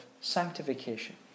sanctification